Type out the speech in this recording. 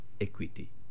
equity